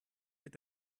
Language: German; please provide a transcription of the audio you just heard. mit